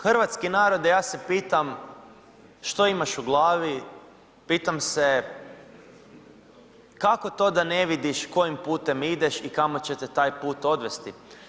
Hrvatski narode ja se pitam što imaš u glavi, pitam se kako to da ne vidiš kojim putem ideš i kamo ćete taj put odvesti?